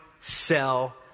sell